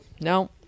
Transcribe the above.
No